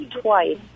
twice